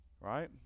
Right